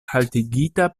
haltigita